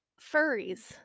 furries